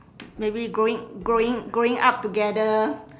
maybe growing growing growing up together